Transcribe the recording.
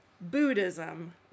Buddhism